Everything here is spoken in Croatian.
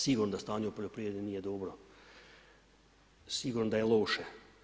Sigurno da stanje u poljoprivredi nije dobro, sigurno da je loše.